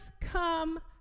come